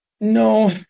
No